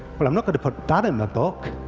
well i'm not going to put that in my book.